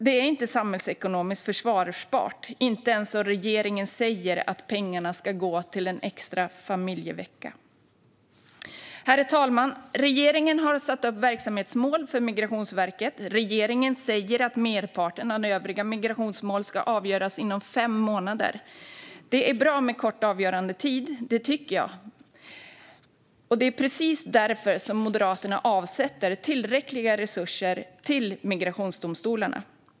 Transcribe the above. Det är inte samhällsekonomiskt försvarbart, inte ens när regeringen säger att pengarna ska gå till en extra familjevecka. Herr talman! Regeringen har satt upp verksamhetsmål för Migrationsverket. Regeringen säger att merparten av övriga migrationsmål ska avgöras inom fem månader. Det är bra med kort avgörandetid, och det är precis därför Moderaterna avsätter tillräckliga resurser till migrationsdomstolarna.